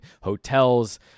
hotels